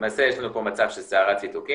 למעשה יש לנו פה מצב של סערה ציטוקינית